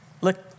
look